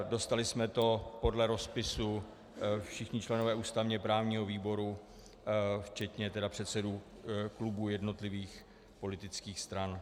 Dostali jsme to podle rozpisu všichni členové ústavněprávního výboru včetně předsedů klubů jednotlivých politických stran.